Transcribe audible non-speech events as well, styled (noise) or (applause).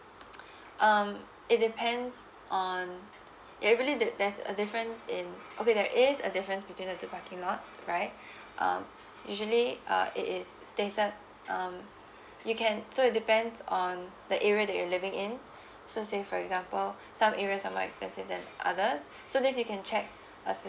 (noise) um it depends on it really there's a difference in okay there is a difference between the two parking lots right um usually uh it is stated um you can so it depends on the area that you're living in so say for example some areas are more expensive than others so this you can check uh